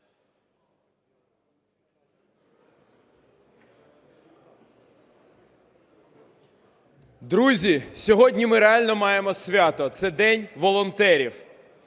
Друзі, сьогодні ми реально маємо свято, це День волонтерів.